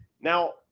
Now